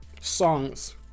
songs